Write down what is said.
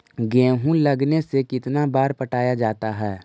गेहूं लगने से कितना बार पटाया जाता है?